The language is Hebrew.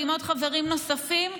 ועם עוד חברים נוספים,